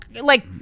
like-